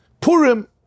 Purim